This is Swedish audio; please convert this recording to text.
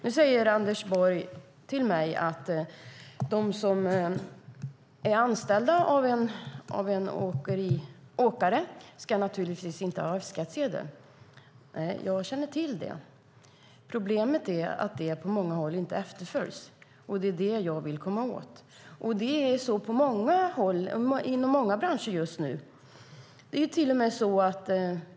Nu säger Anders Borg till mig att de som är anställda av en åkare naturligtvis inte ska ha F-skattsedel. Jag känner till det. Problemet är att det på många håll inte efterföljs. Det är vad jag vill komma åt. Det är så inom många branscher just nu.